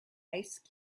ice